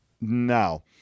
Now